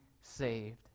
saved